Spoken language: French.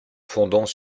fondant